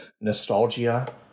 nostalgia